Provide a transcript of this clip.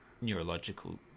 neurological